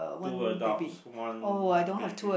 two adults one baby